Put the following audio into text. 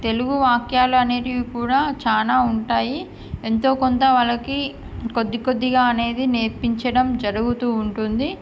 తెలుగు వాక్యాలు అనేవి కూడా చానా ఉంటాయి ఎంతో కొంత వాళ్ళకి కొద్ది కొద్దిగా అనేది నేర్పించడం జరుగుతూ ఉంటుంది